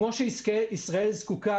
כמו שישראל זקוקה,